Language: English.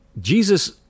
Jesus